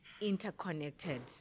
interconnected